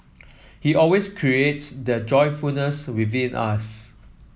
he always creates that joyfulness within us